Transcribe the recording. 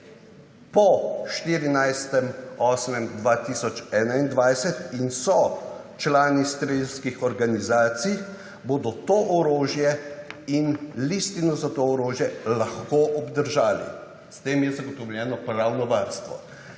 po 24. 8. 2021 in so člani strelskih organizacij, bodo to orožje in listino za to orožje lahko obdržali. S tem je zagotovljeno pravno varstvo.